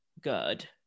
good